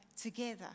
together